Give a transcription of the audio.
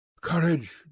Courage